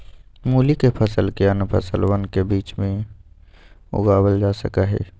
मूली के फसल के अन्य फसलवन के बीच भी उगावल जा सका हई